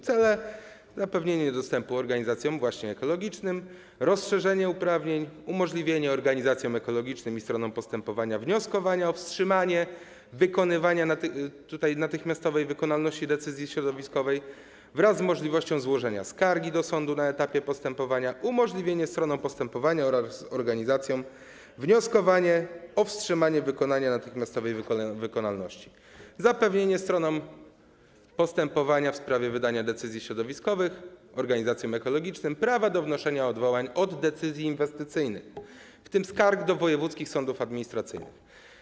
Cele: zapewnienie dostępu organizacjom ekologicznym, rozszerzenie uprawnień, umożliwienie organizacjom ekologicznym i stronom postępowania wnioskowania o wstrzymanie wykonywania natychmiastowej wykonalności decyzji środowiskowej wraz z możliwością złożenia skargi do sądu na etapie postępowania, umożliwienie stronom postępowania oraz organizacjom wnioskowania o wstrzymanie wykonania natychmiastowej wykonalności, zapewnienie stronom postępowania w sprawie wydania decyzji środowiskowych oraz organizacjom ekologicznym prawa do wnoszenia odwołań od decyzji inwestycyjnych, w tym skarg do wojewódzkich sądów administracyjnych.